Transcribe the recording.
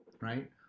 right